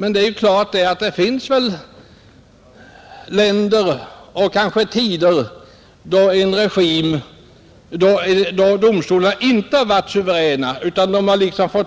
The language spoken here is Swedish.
Men det har väl förekommit i olika länder och i olika tider att domstolarna inte varit suveräna utan